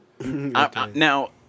Now